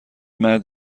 مرد